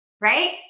right